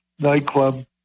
nightclub